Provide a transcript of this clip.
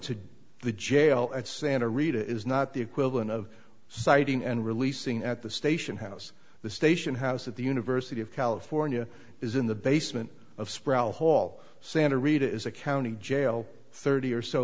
to the jail at santa rita is not the equivalent of sighting and releasing at the station house the station house at the university of california is in the basement of sproul hall santa rita is a county jail thirty or so